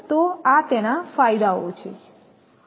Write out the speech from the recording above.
તો આ તેના ફાયદાઓ છે